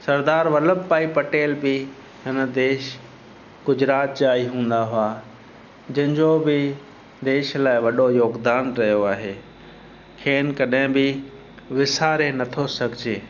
सरदार वल्लभ भाई पटेल बि हिन देश गुजरात जा ई हूंदा हुआ जिनि जो बि देश लाइ वॾो योगदानु रहियो आहे खेनि कॾहिं बि विसारे नथो सघिजे